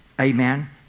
Amen